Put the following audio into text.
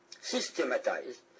systematized